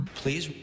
please